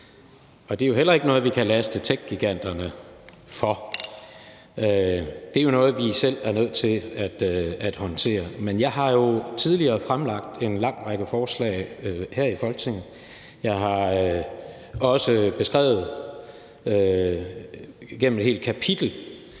Det er jo heller ikke noget, vi kan laste techgiganterne for. Det er jo noget, vi selv er nødt til at håndtere. Jeg har jo tidligere fremlagt en lang række forslag her i Folketinget. Jeg har også beskrevet i et helt kapitel